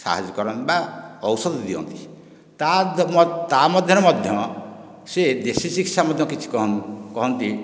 ସାହାଯ୍ୟ କରନ୍ତି ବା ଔଷଧ ଦିଅନ୍ତି ତା'ମଧ୍ୟରେ ମଧ୍ୟ ସେ ଦେଶୀ ଚିକିତ୍ସା ମଧ୍ୟ କିଛି କହନ୍ତି